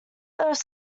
earth